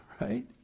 right